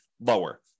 lower